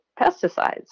pesticides